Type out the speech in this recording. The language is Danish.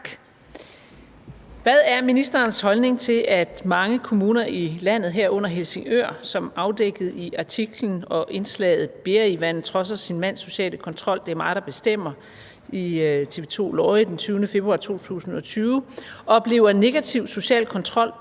Hvad er ministerens holdning til, at mange kommuner i landet, herunder Helsingør, som afdækket i artiklen og indslaget »Berivan trodser sin mands sociale kontrol: »Det er mig, der bestemmer««, jf. TV2/Lorry den 20. februar 2020, oplever negativ social kontrol